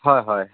হয় হয়